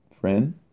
Friend